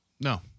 No